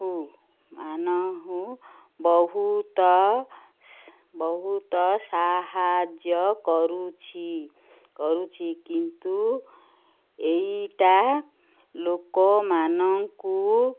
ଙ୍କୁ ମାନଙ୍କୁ ବହୁତ ବହୁତ ସାହାଯ୍ୟ କରୁଛି କରୁଛି କିନ୍ତୁ ଏଇଟା ଲୋକମାନଙ୍କୁ